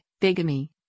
bigamy